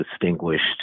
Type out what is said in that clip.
distinguished